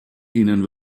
ihnen